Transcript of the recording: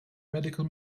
medical